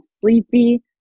sleepy